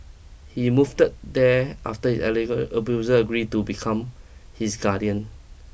he moved there after his allege abuser agree to become his guardian